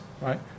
right